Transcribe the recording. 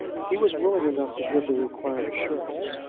he was willing enough to give the required assurance,